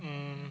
um